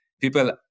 people